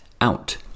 out